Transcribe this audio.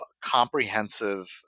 comprehensive